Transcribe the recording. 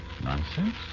Nonsense